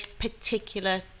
particular